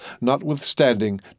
notwithstanding